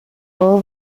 all